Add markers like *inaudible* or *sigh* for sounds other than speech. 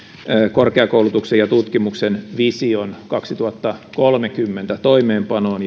korkeakoulutuksen ja tutkimuksen visio kaksituhattakolmekymmentän toimeenpanoon *unintelligible*